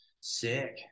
Sick